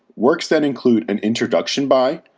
works that include an introduction by,